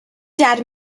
dad